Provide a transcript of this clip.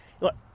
look